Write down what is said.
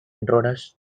intruders